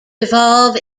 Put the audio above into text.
evolve